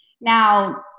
Now